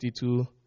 52